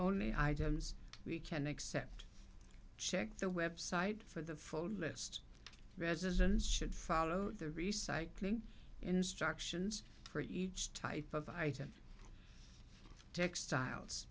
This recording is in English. only items we can accept check the website for the full list residents should follow the recycling instructions for each type of item textiles